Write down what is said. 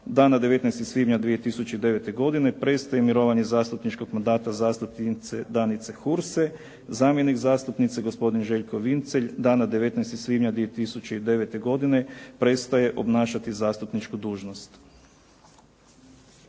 Dana 19. svibnja 2009. godine prestaje mirovanje zastupničkog mandata zastupnice Danice Hurse. Zamjenik zastupnice gospodin Željko Vincelj dana 19. svibnja 2009. godine prestaje obnašati zastupničku dužnost.